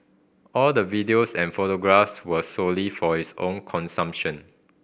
all the videos and photographs were solely for his own consumption